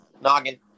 Noggin